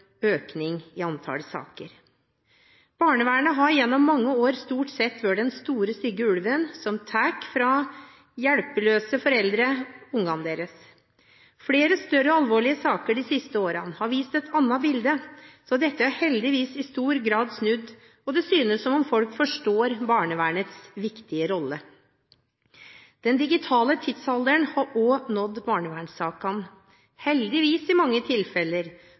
økning i antall saker. Barnevernet har gjennom mange år stort sett vært den store stygge ulven som tar ungene fra hjelpeløse foreldre. Flere større og alvorlige saker de siste årene har vist et annet bilde. Dette har heldigvis i stor grad snudd, og det synes som om folk forstår barnevernets viktige rolle. Den digitale tidsalderen har også nådd barnevernssakene – heldigvis i mange tilfeller,